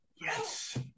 Yes